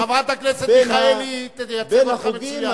חברת הכנסת מיכאלי תייצג אותך מצוין.